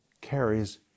carries